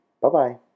Bye-bye